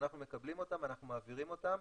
כשאנחנו מקבלים אותם אנחנו מעבירים אותם.